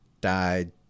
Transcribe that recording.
died